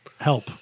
help